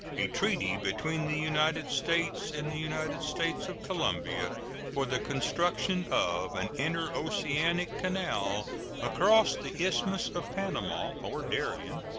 a treaty between the united states and the united states of colombia for the construction of an interoceanic canal across the isthmus of panama or darien,